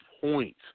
point